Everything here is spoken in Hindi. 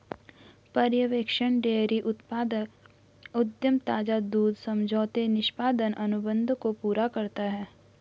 पर्यवेक्षण डेयरी उत्पाद उद्यम ताजा दूध समझौते निष्पादन अनुबंध को पूरा करता है